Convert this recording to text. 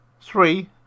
Three